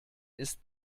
ist